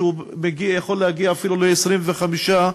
שיכול להגיע אפילו ל-25%,